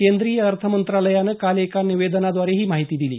केंद्रीय अर्थ मंत्रालयानं काल एका निवेदनाद्वारे ही माहिती दिली